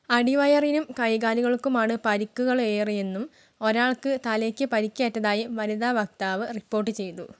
അടിവയറിനും കൈകാലുകൾക്കുമാണ് പരിക്കുകളേറെയെന്നും ഒരാൾക്ക് തലയ്ക്ക് പരിക്കേറ്റതായും വനിതാവക്താവ് റിപ്പോർട്ട് ചെയ്തു